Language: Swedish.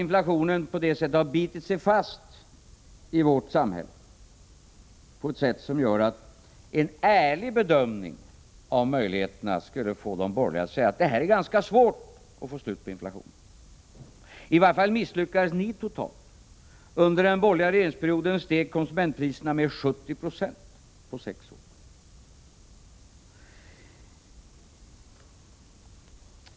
Inflationen har bitit sig fast i vårt samhälle på ett sätt som gör att en ärlig bedömning av möjligheterna skulle få de borgerliga säga att det är ganska svårt att få slut på inflationen. I varje fall misslyckades ni totalt. Under den borgerliga regeringsperioden steg konsumentpriserna med 70 96 på sex år.